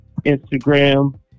Instagram